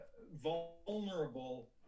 vulnerable